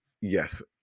Yes